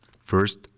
First